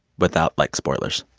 without, like, spoilers?